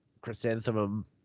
Chrysanthemum